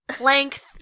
length